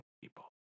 people